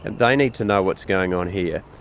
and they need to know what's going on here.